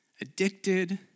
addicted